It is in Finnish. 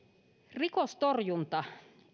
rikostorjunta